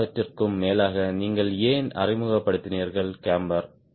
எல்லாவற்றிற்கும் மேலாக நீங்கள் ஏன் அறிமுகப்படுத்தினீர்கள் கேம்பர்